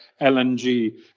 lng